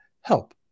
help